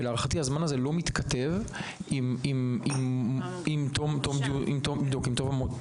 ולהערכתי הזמן הזה לא מתכתב עם תום המושב.